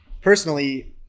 personally